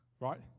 right